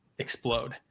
explode